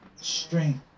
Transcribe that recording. Strength